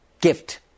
gift